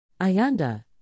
Ayanda